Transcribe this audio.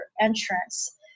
entrance